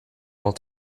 while